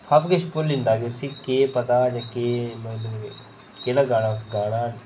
सबकिश भुल्ली जंदा कि उसी केह् पता केह् नेईं केह्ड़ा गाना उस गाना